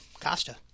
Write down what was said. Costa